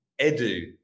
Edu